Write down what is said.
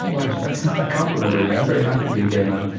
right. that's not a compliment, really. i'm very happy to be a gay man.